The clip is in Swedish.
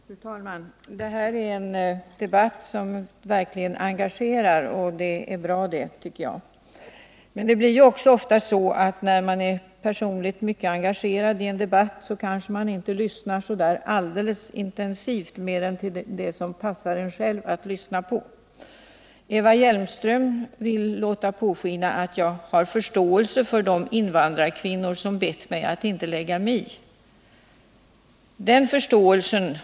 Fru talman! Det här är en debatt som verkligen engagerar. Det är bra, tycker jag. Men när man är personligt engagerad i en debatt kan det hända att man inte lyssnar intensivt till mer än vad som bäst passar en själv. Eva Hjelmström ville låta påskina att jag skulle hysa förståelse för de invandrarkvinnor som hade bett mig att inte lägga mig i deras seder och bruk.